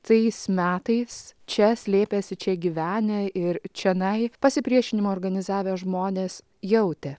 tais metais čia slėpęsi čia gyvenę ir čionai pasipriešinimo organizavę žmonės jautė